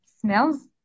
smells